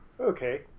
okay